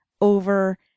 over